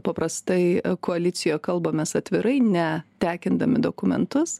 paprastai koalicijoj kalbamės atvirai ne tekindami dokumentus